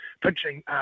Pinching